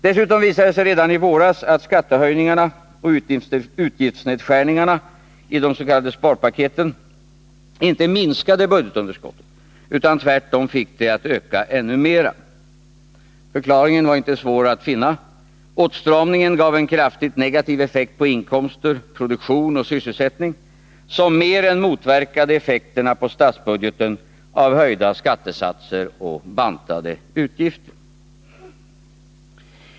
Dessutom visade det sig redan i våras, att skattehöjningarna och utgiftsnedskärningarna i de s.k. sparpaketen inte minskade budgetunderskottet utan tvärtom fick det att öka ännu mera. Förklaringen var inte svår att finna. Åtstramningen gav en kraftigt negativ effekt på inkomster, produktion och sysselsättning, som mer än motverkade effekterna på statsbudgeten av höjda skattesatser och bantade utgifter.